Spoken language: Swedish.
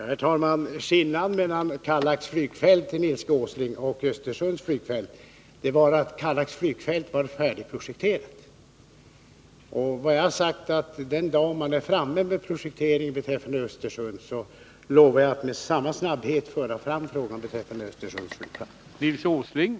Herr talman! Skillnaden mellan Kallax flygfält och Östersunds flygfält är att Kallax vid motsvarande tidpunkt var färdigprojekterat. Den dag man är klar med projekteringen för Östersunds flygfält lovar jag att med samma snabbhet som när det gällde Kallax föra fram frågan.